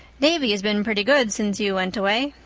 davy has been pretty good since you went away.